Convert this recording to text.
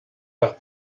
faire